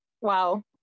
wow